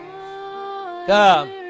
come